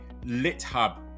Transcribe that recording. LitHub